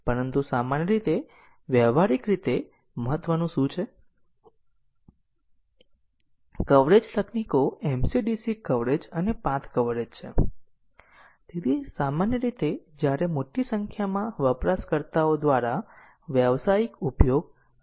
તેથી ચાલો જોઈએ કે લીનીયર રીતે ઈન્ડીપેન્ડન્ટ સેટ અપ પાથ શું છે અને પછી આપણને આ લીનીયર રીતે ઈન્ડીપેન્ડન્ટ સેટ અપ પાથના કવરેજની જરૂર પડશે